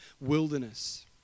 wilderness